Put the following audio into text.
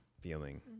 feeling